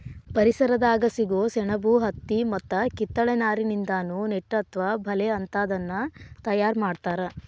ಪರಿಸರದಾಗ ಸಿಗೋ ಸೆಣಬು ಹತ್ತಿ ಮತ್ತ ಕಿತ್ತಳೆ ನಾರಿನಿಂದಾನು ನೆಟ್ ಅತ್ವ ಬಲೇ ಅಂತಾದನ್ನ ತಯಾರ್ ಮಾಡ್ತಾರ